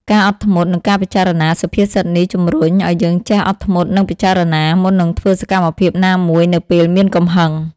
ការអត់ធ្មត់ និងការពិចារណា សុភាសិតនេះជំរុញឲ្យយើងចេះ អត់ធ្មត់ និង ពិចារណា មុននឹងធ្វើសកម្មភាពណាមួយនៅពេលមានកំហឹង។